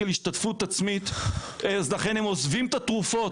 השתתפות עצמית אז לכן הם עוזבים את התרופות.